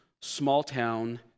small-town